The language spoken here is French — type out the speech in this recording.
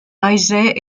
maillezais